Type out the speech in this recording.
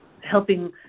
helping